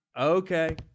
Okay